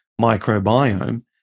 microbiome